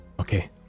Okay